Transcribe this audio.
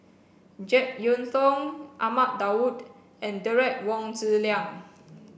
Jek Yeun Thong Ahmad Daud and Derek Wong Zi Liang